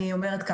בבקשה, דסי.